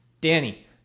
Danny